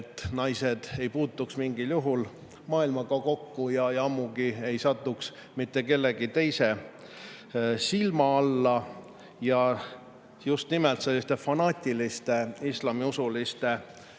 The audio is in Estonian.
et naised ei puutuks mingil juhul maailmaga kokku ja ammugi ei satuks kellegi teise silma alla. Just nimelt sellised fanaatilised islamiusulised